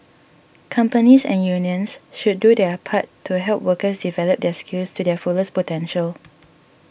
companies and unions should do their part to help workers develop their skills to their fullest potential